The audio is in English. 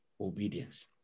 obedience